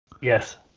Yes